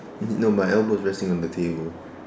no my elbow is resting on the table